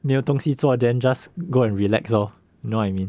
没有东西做 then just go and relax lor you know what I mean